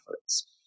efforts